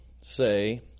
say